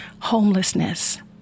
homelessness